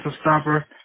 stopper